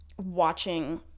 watching